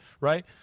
right